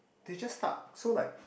they just stuck so like